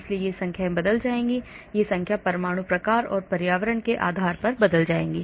इसलिए ये संख्याएँ बदल जाएंगी ये संख्या परमाणु प्रकार और पर्यावरण के आधार पर बदल जाएगी